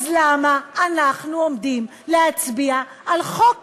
אז למה אנחנו עומדים להצביע על חוק כזה?